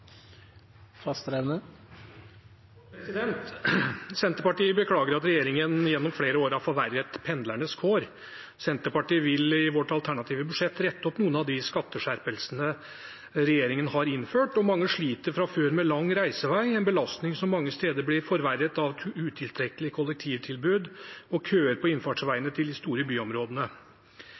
tiltakene. Senterpartiet beklager at regjeringen gjennom flere år har forverret pendlernes kår. Vi vil i vårt alternative budsjett rette opp noen av de skatteskjerpelsene regjeringen har innført. Mange sliter fra før med lang reisevei – en belastning som mange steder blir forverret av et utilstrekkelig kollektivtilbud og køer på innfartsveiene til de store byområdene.